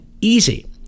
Easy